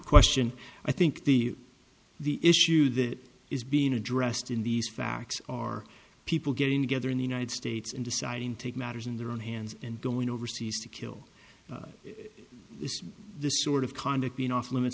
question i think the the issue that is being addressed in these facts are people getting together in the united states and deciding to take matters in their own hands and going overseas to kill this sort of conduct being off limits